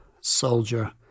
soldier